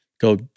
go